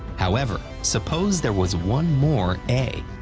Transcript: however, suppose there was one more a.